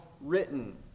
written